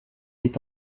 est